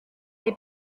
est